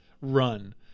run